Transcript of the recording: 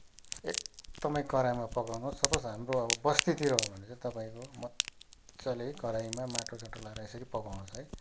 एकदमै कराइमा पकाउनुहोस् सपोज हाम्रो अब बस्तीतिर हो भने चाहिँ तपाईँको मजाले कराइमा माटो साटो लगाएर यसरी पकाउनुहोस् है